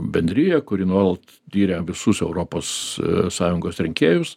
bendrija kuri nuolat tiria visus europos sąjungos rinkėjus